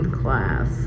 class